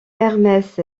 hermès